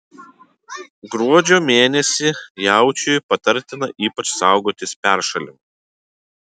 gruodžio mėnesį jaučiui patartina ypač saugotis peršalimo